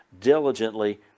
diligently